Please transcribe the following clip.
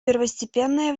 первостепенное